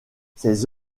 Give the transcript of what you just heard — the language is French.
ses